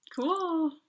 cool